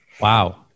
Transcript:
Wow